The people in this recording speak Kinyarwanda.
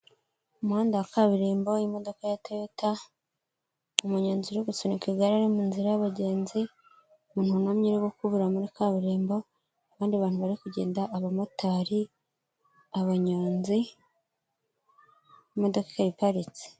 Umuhanda wa kaburimbo, imodoka ya toyota, umunyonzi uri gusunika igare ari mu nzira y'abagenzi, inkumi iri gukubura muri kaburimbo, abandi bantu bari kugenda, abamotari, abanyonzi, imodoka ikaba iparitse.